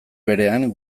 berean